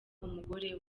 umugore